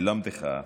ללמדך,